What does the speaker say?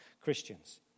christians